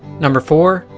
number four,